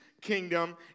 kingdom